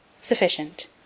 Sufficient